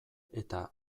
eta